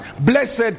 blessed